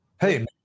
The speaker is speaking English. Hey